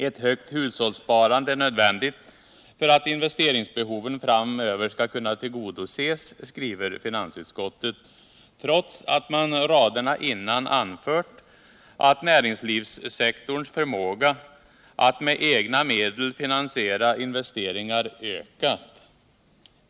”Ett högt hushållssparande är nödvändigt för att investeringsbehoven framöver skall kunna tillgodoses”, skriver finansutskottet, trots att det raderna före har anfört att näringslivssektorns förmåga att med egna medel finansiera investeringar har ökat.